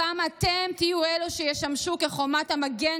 הפעם אתם תהיו אלו שישמשו כחומת המגן